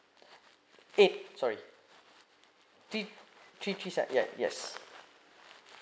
eh sorry three three three set yes yes